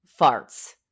farts